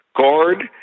guard